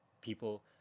people